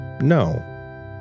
No